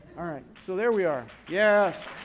all right. so there we are. yes.